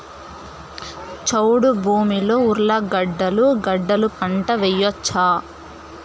చౌడు భూమిలో ఉర్లగడ్డలు గడ్డలు పంట వేయచ్చా?